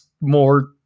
more